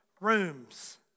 rooms